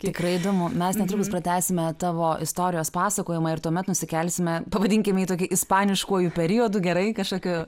tikrai įdomu mes netrukus pratęsime tavo istorijos pasakojimą ir tuomet nusikelsime pavadinkim į tokį ispaniškuoju periodu gerai kažkokiu